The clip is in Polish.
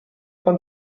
pan